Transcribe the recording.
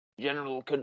General